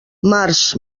març